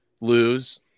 lose –